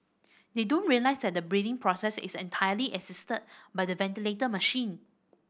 they don't realise that the breathing process is entirely assisted by the ventilator machine